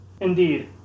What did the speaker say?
Indeed